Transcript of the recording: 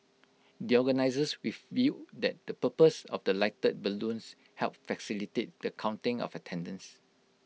the organisers revealed that the purpose of the lighted balloons helped facilitate the counting of attendance